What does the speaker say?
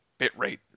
bitrate